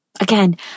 Again